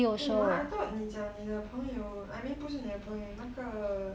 eh ma I thought 你讲你的朋友 I mean 不是你的朋友那个 err